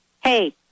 hey